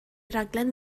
raglen